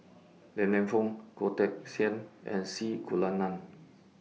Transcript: Li Lienfung Goh Teck Sian and C Kunalan